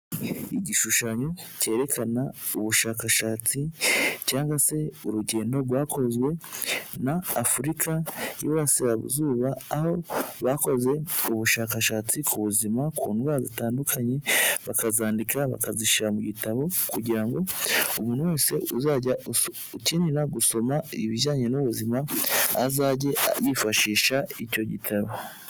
Igishushanyo cyerekana ubushakashatsi cyangwa se urugendo rwakozwe na Afurika y'iburasirazuba, aho bako ubushakashatsi ku buzima ku ndwara zitandukanye bakazandika bakazishyira mu gitabo, kugira ngo umuntu wese uzajya ukenera gusoma ibijyanye n'ubuzima azajye yifashisha icyo gitabo.